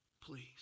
please